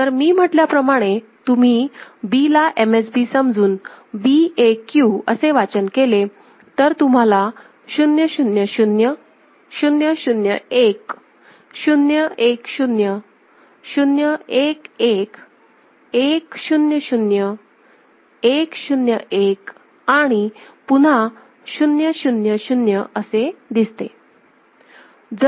जर मी म्हटल्याप्रमाणे तुम्ही B ला MSB समजून BAQ असे वाचन केले तर तुम्हाला 0 0 0 0 0 1 0 1 0 0 1 1 1 0 0 1 0 1 आणि पुन्हा 0 0 0 असे दिसते